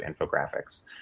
infographics